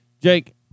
Jake